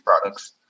products